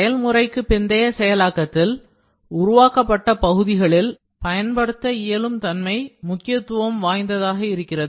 செயல்முறைக்கு பிந்தைய செயலாக்கத்தில் உருவாக்கப்பட்ட பகுதிகளில் பயன்படுத்த இயலும் தன்மை முக்கியத்துவம் வாய்ந்ததாக இருக்கிறது